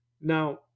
Now